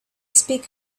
speak